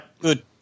Good